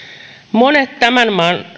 monet tämän maan